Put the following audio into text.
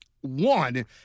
One